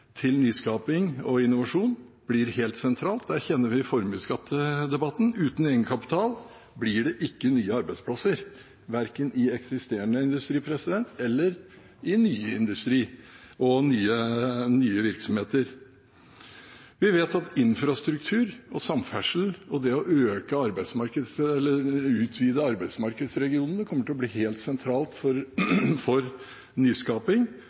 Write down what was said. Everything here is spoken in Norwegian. til nyskaping og innovasjon, blir helt sentralt. Der kjenner vi formuesskattdebatten. Uten egenkapital blir det ikke nye arbeidsplasser, verken i eksisterende industri eller i ny industri og nye virksomheter. Vi vet at infrastruktur og samferdsel og det å utvide arbeidsmarkedsregionene kommer til å bli helt sentralt for nyskaping og for